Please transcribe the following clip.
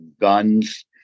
guns